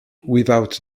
without